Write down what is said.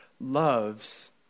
loves